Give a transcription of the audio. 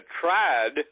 tried